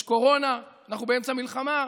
יש קורונה, אנחנו באמצע מלחמה,